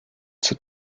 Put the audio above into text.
zur